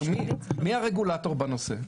מי הרגולטור בנושא?